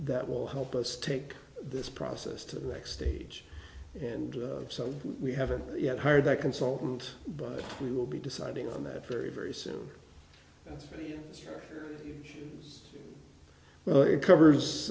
that will help us take this process to the next stage and so we haven't yet hired that consultant but we will be deciding on that very very soon well it covers